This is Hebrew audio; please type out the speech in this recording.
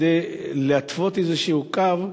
כדי להתוות איזשהו קו,